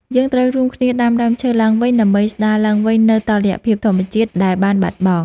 យើងត្រូវរួមគ្នាដាំដើមឈើឡើងវិញដើម្បីស្តារឡើងវិញនូវតុល្យភាពធម្មជាតិដែលបានបាត់បង់។